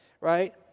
right